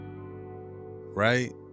Right